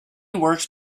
works